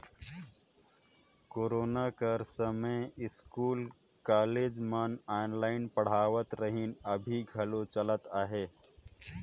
corona कर समें school, college मन ऑनलाईन पढ़ावत रहिन, अभीं घलो चलत अहे